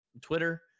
Twitter